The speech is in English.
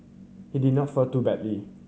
he did not fare too badly